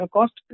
Cost